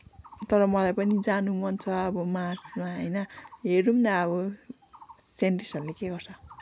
तर मलाई पनि जानु मन छ अब मार्समा होइन हेरौँ न अब साइन्टिस्टहरूले के गर्छ